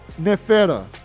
Nefera